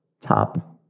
top